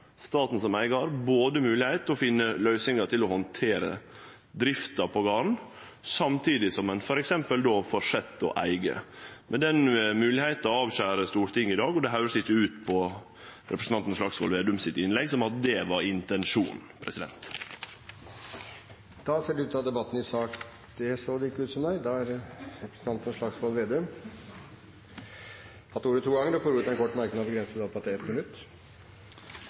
staten som eigar, moglegheit til å finne løysingar til å handtere drifta på garden samtidig som ein f.eks. fortset å eige. Men den moglegheita avskjer Stortinget i dag, og det høyrdest ikkje ut på innlegget til representanten Slagsvold Vedum som om det var intensjonen. Representanten Trygve Slagsvold Vedum har hatt ordet to ganger tidligere og får ordet til en kort merknad, begrenset til 1 minutt. Det viktigste er